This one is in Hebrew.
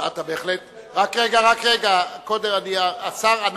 באמת מוזר שיש הפגנות.